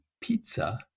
pizza